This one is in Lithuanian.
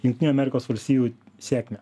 jungtinių amerikos valstijų sėkmę